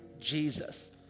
Jesus